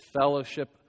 fellowship